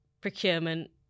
procurement